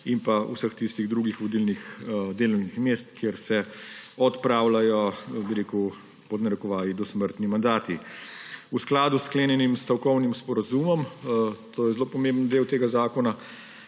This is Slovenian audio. in pa vseh tistih drugih vodilnih delovnih mest, kjer se odpravljajo, pod narekovaji, dosmrtni mandati. V skladu s sklenjenim stavkovnim sporazumom, to je zelo pomemben del tega zakona,